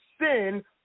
sin